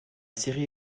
série